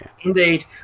indeed